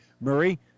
Murray